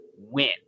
win